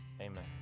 Amen